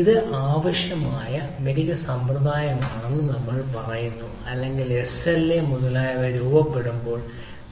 ഇത് അത്യാവശ്യമായ ചില മികച്ച സമ്പ്രദായങ്ങളാണെന്ന് നമ്മൾ പറയുന്നത് അല്ലെങ്കിൽ SLA മുതലായവ രൂപപ്പെടുത്തുമ്പോൾ